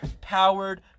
Powered